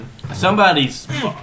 Somebody's